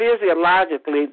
physiologically